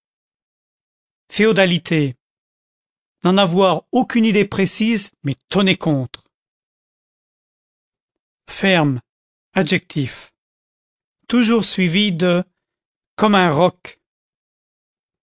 féodalité n'en avoir aucune idée précise mais tonner contre ferme adjectif toujours suivi de comme un roc